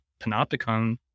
panopticon